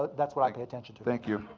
but that's what i pay attention to. thank you.